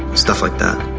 stuff like that.